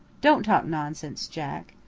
don't talk nonsense, jack.